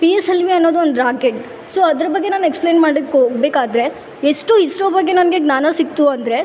P S L V ಅನ್ನೋದು ಒಂದು rocket so ಅದ್ರ ಬಗ್ಗೆ ನಾನು ಎಕ್ಸ್ಪ್ಲೈನ್ ಮಾಡ್ಲಿಕ್ಕೆ ಹೋಗ್ಬೇಕಾದ್ರೆ ಎಷ್ಟು ಇಸ್ರೋ ಬಗ್ಗೆ ನನಗೆ ಜ್ಞಾನ ಸಿಕ್ತು ಅಂದರೆ